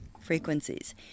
Frequencies